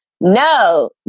No